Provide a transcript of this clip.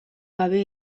gabe